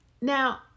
Now